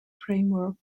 framework